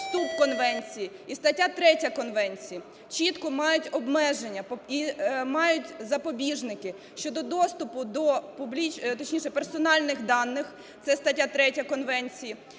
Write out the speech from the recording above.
вступ конвенції і стаття 3 конвенції чітко мають обмеження і мають запобіжники щодо доступу до... точніше, персональних даних (це стаття 3 конвенції)